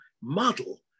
model